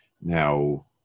Now